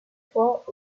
fois